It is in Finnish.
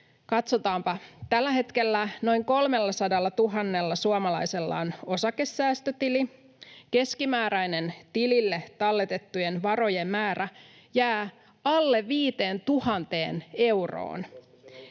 Katsotaanpa: Tällä hetkellä noin 300 000 suomalaisella on osakesäästötili. Keskimääräinen tilille talletettujen varojen määrä jää alle 5 000 euroon.